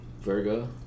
Virgo